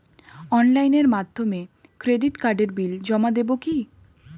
অনলাইনের মাধ্যমে ক্রেডিট কার্ডের বিল জমা দেবো কি?